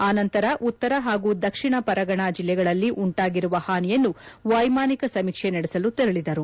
ಆನಂತರ ಉತ್ತರ ಹಾಗೂ ದಕ್ಷಿಣ ಪರಂಗಣ ಜಿಲ್ಲೆಗಳಲ್ಲಿ ಉಂಟಾಗಿರುವ ಹಾನಿಯನ್ನು ವೈಮಾನಿಕ ಸಮೀಕ್ಷೆ ನಡೆಸಲು ತೆರಳಿದರು